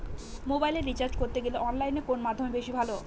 মোবাইলের রিচার্জ করতে গেলে অনলাইনে কোন মাধ্যম বেশি ভালো?